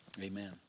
amen